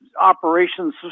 operations